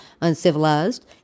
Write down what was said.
uncivilized